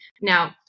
now